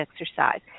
exercise